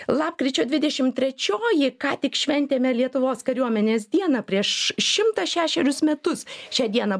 lapkričio dvidešim trečioji ką tik šventėme lietuvos kariuomenės dieną prieš šimtą šešerius metus šią dieną